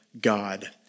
God